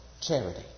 charity